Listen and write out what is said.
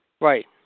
Right